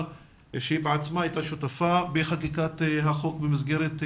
שהיא בעצמה הייתה שותפה לחקיקת החוק במסגרת הוועדה,